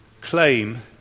claim